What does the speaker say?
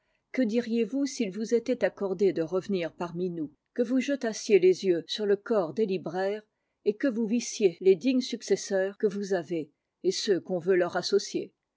que diriez-vous s'il vous était accordé de revenir parmi nous que vous jetassiez les yeux sur le corps des libraires et que vous vissiez les dignes successeurs que vous avez et ceux qu'on veut leur associer